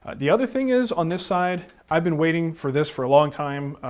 the other thing is on this side i've been waiting for this for a long time.